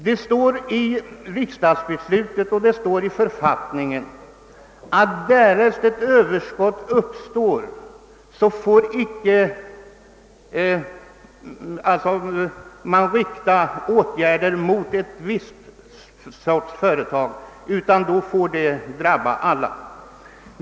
Det står i riksdagsbeslutet och även i författningen att därest ett överskott uppstår får man icke vidta åtgärder mot ett visst sorts företag, utan då skall åtgärderna drabba alla.